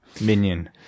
minion